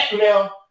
Now